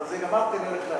בזה גמרתי, אני הולך לעשן.